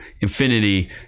infinity